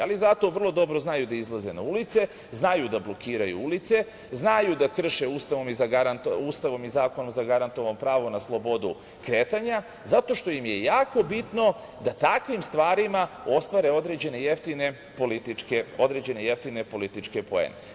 Ali, zato vrlo dobro znaju da izlaze na ulice, znaju da blokiraju ulice, znaju da krše Ustavom i zakonom zagarantovano pravo na slobodu kretanja, zato što im je jako bitno da takvim stvarima ostvare određene jeftine političke poene.